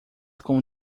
com